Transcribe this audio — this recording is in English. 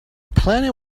plenty